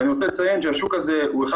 אני רוצה לציין שהשוק הזה הוא אחד